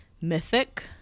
Mythic